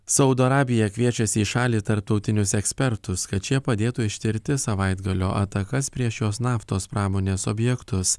saudo arabija kviečiasi į šalį tarptautinius ekspertus kad šie padėtų ištirti savaitgalio atakas prieš jos naftos pramonės objektus